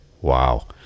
wow